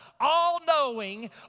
all-knowing